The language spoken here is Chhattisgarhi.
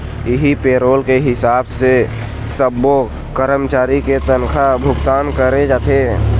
इहीं पेरोल के हिसाब से सब्बो करमचारी के तनखा भुगतान करे जाथे